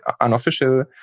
unofficial